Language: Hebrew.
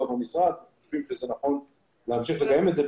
במשרד חושבים שזה נכון להמשיך לקיים את זה,